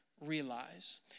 realize